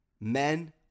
men